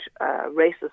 racism